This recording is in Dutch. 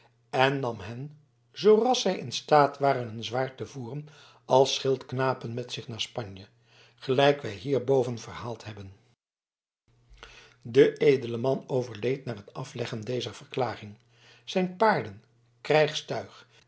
en nam hen zooras zij in staat waren een zwaard te voeren als schildknapen met zich naar spanje gelijk wij hierboven verhaald hebben de edele man overleed na het afleggen dezer verklaring zijn paarden